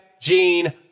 Gene